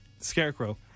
Scarecrow